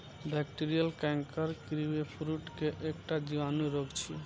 bacterial canker kiwifruit के एकटा जीवाणु रोग छियै